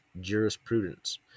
Jurisprudence